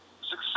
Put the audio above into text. Success